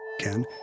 Ken